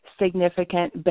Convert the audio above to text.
Significant